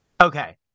Okay